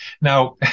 Now